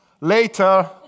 later